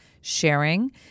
sharing